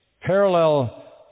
parallel